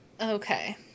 Okay